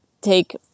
take